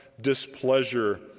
displeasure